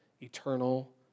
eternal